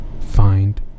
find